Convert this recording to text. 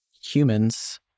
humans